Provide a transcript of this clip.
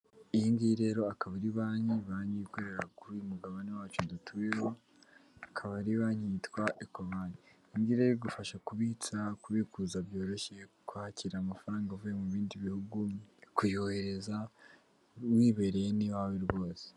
Iyi ngiyi rero akaba ari banki. Banki ikorera kuri uyu mugabane wacu dutuyeho. Ikaba ari banki yitwa Ecobanki igufasha kubitsa, kubikuza byoroshye kwakira amafaranga avuye mu bindi bihugu kuyohereza wibereye n'iwawe rwose.